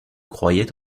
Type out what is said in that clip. croyait